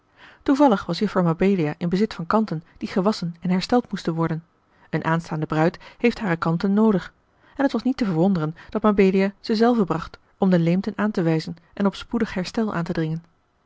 toevallig was juffer mabelia in bezit van kanten die gewasschen en hersteld moesten worden eene aanstaande bruid heeft hare kanten noodig en het was niet te verwonderen dat mabelia ze zelve bracht om de leemten aan te wijzen en op spoedig herstel aan te dringen